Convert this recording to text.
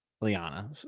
liana